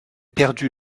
perdu